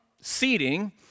seating